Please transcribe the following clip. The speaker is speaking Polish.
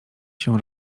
się